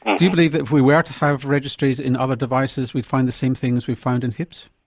do you believe that if we were to have registries in other devices we'd find the same things we've found in hips?